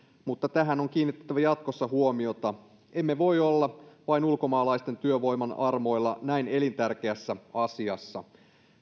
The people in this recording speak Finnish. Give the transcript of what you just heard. mutta tähän on kiinnitettävä jatkossa huomiota emme voi olla vain ulkomaalaisen työvoiman armoilla näin elintärkeässä asiassa